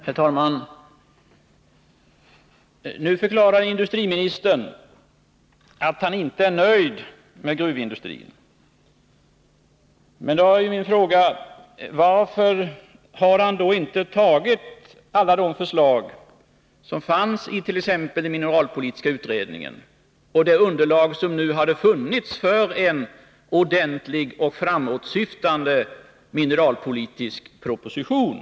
Herr talman! Nu förklarar industriministern att han inte är nöjd med gruvindustrin. Men varför har han då inte tagit till vara alla de förslag som fannsit.ex. mineralpolitiska utredningens betänkande och det underlag som funnits för en ordentlig och framåtsyftande mineralpolitisk proposition?